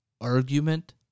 argument